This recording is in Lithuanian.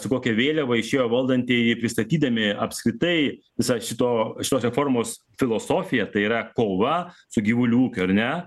su kokia vėliava išėjo valdantieji pristatydami apskritai visą šito šitos reformos filosofiją tai yra kova su gyvulių ūkiu ar ne